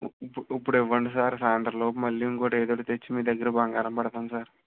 ఇప్పుడు ఇవ్వండి సార్ సాయంత్రంలోపు మళ్ళీ ఇంకోటి ఏదో ఒకటి తెచ్చి మీ దగ్గర బంగారం పెడతాను సార్